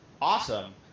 Awesome